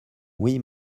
oui